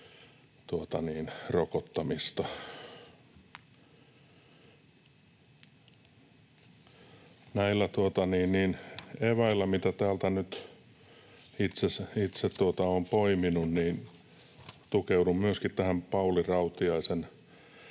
Näillä eväillä, mitä täältä nyt itse olen poiminut, tukeudun myöskin tähän Pauli Rautiaisen